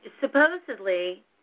supposedly